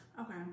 Okay